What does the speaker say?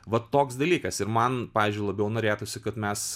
va toks dalykas ir man pavyzdžiui labiau norėtųsi kad mes